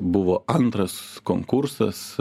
buvo antras konkursas